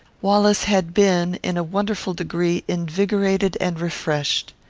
wallace had been, in a wonderful degree, invigorated and refreshed.